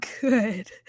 good